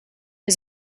wir